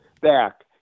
back